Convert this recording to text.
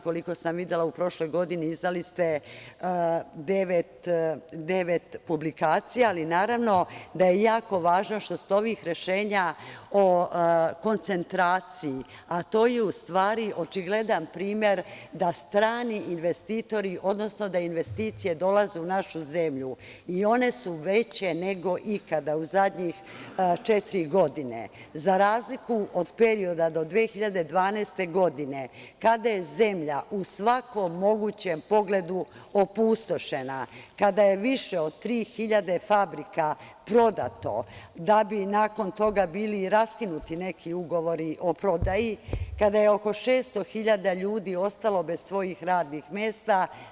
Koliko sam videla, u prošloj godini izdali ste devet publikacija, ali naravno i da je jako važno što ova rešenja o koncentraciji, a to je u stvari očigledan primer da investicije dolaze u našu zemlju i one su veće nego ikada u zadnje četiri godine, za razliku od perioda do 2012. godine, kada je zemlja u svakom mogućem pogledu opustošena, kada je više od tri hiljade fabrika prodato, da bi nakon toga bili raskinuti neki ugovori o prodaji, kada je oko 600 hiljada ljudi ostalo bez svojih radnih mesta.